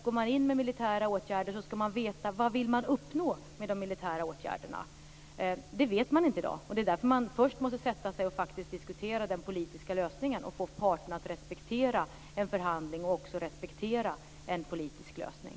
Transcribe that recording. Går man in med militära åtgärder skall man veta vad man vill uppnå med dem. Det vet man inte i dag, och det är därför man först måste sätta sig och faktiskt diskutera den politiska lösningen och få parterna att respektera en förhandling och en politisk lösning.